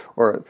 or,